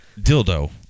dildo